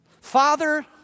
Father